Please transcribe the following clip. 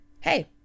hey